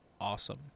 awesome